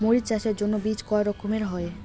মরিচ চাষের জন্য বীজ কয় রকমের হয়?